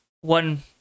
one